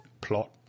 plot